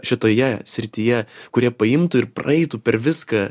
šitoje srityje kurie paimtų ir praeitų per viską